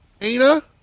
Aina